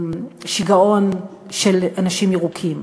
שיגעון של אנשים ירוקים.